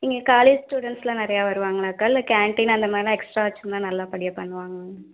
இங்கே college students எல்லாம் நிறையா வருவாங்களா அக்கா இல்லை கேண்டின் அந்த மாதிரிலாம் எக்ஸ்ட்ரா வச்சோம்ன்னா நல்ல படியாக பண்ணுவாங்க